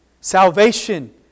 Salvation